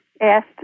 asked